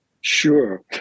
Sure